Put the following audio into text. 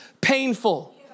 painful